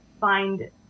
find